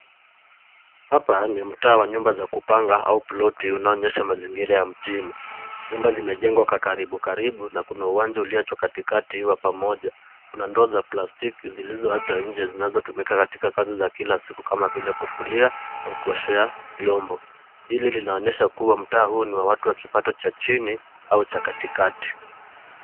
Hapa ni mtaa wa nyumba za kupanga au ploti, unaoonyesha mazingira ya mjini. Nyumba zimejengwa kwa karibu karibu na kuna uwanja uliowachwa katikati wa pamoja. Kuna ndoo za plastiki zilizowachwa nje zinazotumika katika kazi za kila siku kama vile: kufulia au kuoshea vyombo. Hili linaonyesha kuwa mtaa huu ni wa watu wa kipato cha chini au cha katikati.